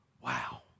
Wow